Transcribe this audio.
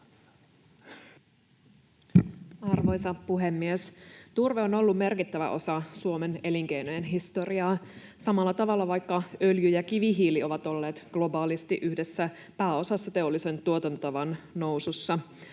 Arvoisa puhemies! Turve on ollut merkittävä osa Suomen elinkeinojen historiaa. Samalla tavalla vaikka öljy ja kivihiili ovat olleet globaalisti yhdessä pääosassa teollisen tuotantotavan nousussa.